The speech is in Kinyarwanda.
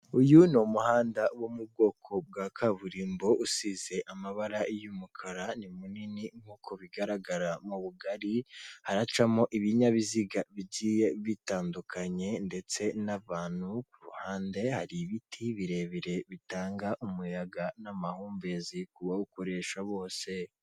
Uyu umuhanda wo mu bwoko bwa kaburimbo usize amabara y'umukara, ni munini nk'uko bigaragara mu bugari haracamo ibinyabiziga bigiye bitandukanye ndetse n'abantu kuruhande hari ibiti birebire bitanga umuyaga n'amahumbezi ku bawukoresha bose.